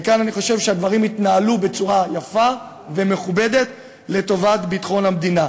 וכאן אני חושב שהדברים התנהלו בצורה יפה ומכובדת לטובת ביטחון המדינה.